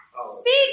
Speak